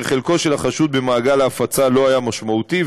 חלקו של החשוד במעגל ההפצה לא היה משמעותי.